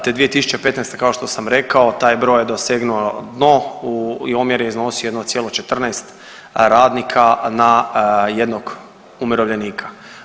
Te 2015. kao što sam rekao taj je broj dosegnuo dno i omjer je iznosio 1,14 radnika na jednog umirovljenika.